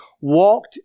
walked